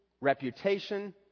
reputation